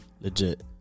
Legit